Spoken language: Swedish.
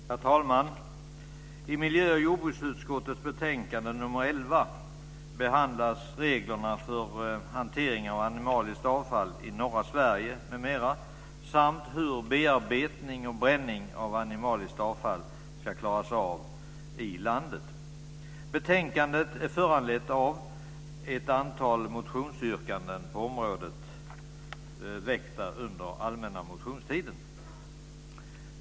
Herr talman! I miljö och jordbruksutskottets betänkande nr 11 behandlas reglerna för hantering av animaliskt avfall i norra Sverige m.m. samt hur bearbetning och bränning av animaliskt avfall ska klaras av i landet. Betänkandet är föranlett av ett antal motionsyrkanden på området, väckta under den allmänna motionstiden.